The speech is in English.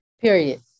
Period